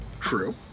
True